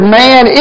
man